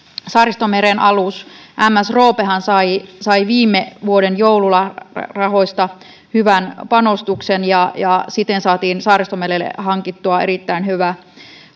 saaristomeren alus m s roopehan sai sai viime vuoden joululahjarahoista hyvän panostuksen ja ja siten saatiin saaristomerelle hankittua erittäin hyvä